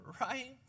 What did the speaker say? Right